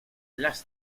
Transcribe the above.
las